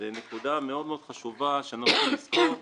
ונקודה מאוד מאוד חשובה שאנחנו צריכים לזכור: